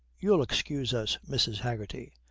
you'll excuse us, mrs. haggerty,